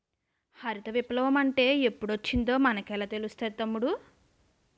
హరిత విప్లవ మంటే ఎప్పుడొచ్చిందో మనకెలా తెలుస్తాది తమ్ముడూ?